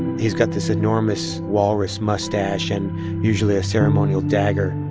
he's got this enormous walrus mustache and usually a ceremonial dagger.